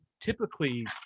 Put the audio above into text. typically